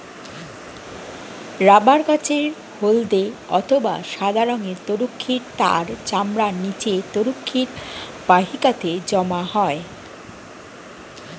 rubber গাছের হল্দে অথবা সাদা রঙের তরুক্ষীর তার চামড়ার নিচে তরুক্ষীর বাহিকাতে জমা হয়